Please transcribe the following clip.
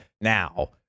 now